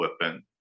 weapon